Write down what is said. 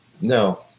No